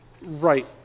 right